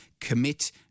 commit